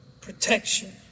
protection